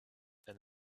and